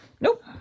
Nope